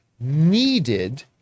needed